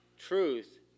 Truth